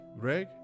Greg